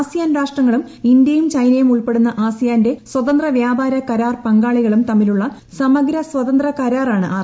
ASEAN രാഷ്ട്രങ്ങളും ഇന്ത്യയും ചൈനയും ഉൾപ്പെടുന്ന ആസിയാന്റെ സ്വതന്ത്ര വ്യാപാര കരാർ പങ്കാളികളും തമ്മിലുള്ള സമഗ്ര സ്വതന്ത്ര കരാർ ആണ് ആർ